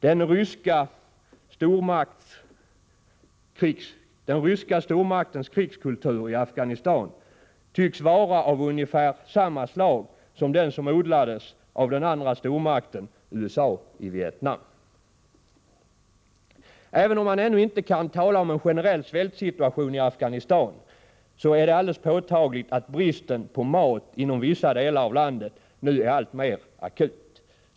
Den ryska stormaktens krigskultur i Afghanistan tycks vara av ungefär samma slag som den som odlades av den andra stormakten, USA, i Vietnam. Även om man ännu inte kan tala om en generell svältsituation i Afghanistan, är det alldeles påtagligt att bristen på mat inom vissa delar av landet nu är alltmer akut.